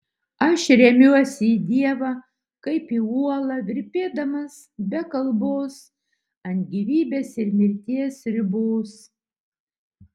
aš remiuosi į dievą kaip į uolą virpėdamas be kalbos ant gyvybės ir mirties ribos